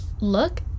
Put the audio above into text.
look